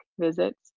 visits